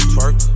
Twerk